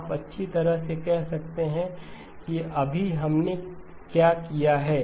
आप अच्छी तरह से कह सकते हैं कि अभी हमने क्या किया है